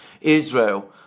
Israel